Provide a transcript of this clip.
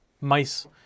mice